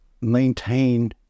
maintain